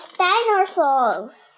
dinosaurs